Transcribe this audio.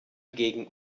gegen